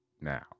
now